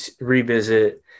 revisit